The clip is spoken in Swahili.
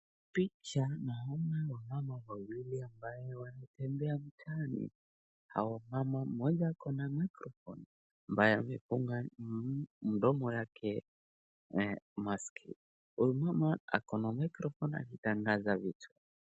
Picha naona wamama wawili ambao wanatembea mtaani, mama mmoja ako na microphone ambaye amefunga mdogo yake mask , mama ako na microphone akitangaza vitu.